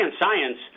science